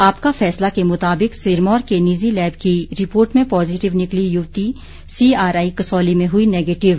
आपका फैसला के मुताबिक सिरमौर के निजी लैब की रिपोर्ट में पॉजिटिव निकली युवती सीआरआई कसौली में हुई निगेटिव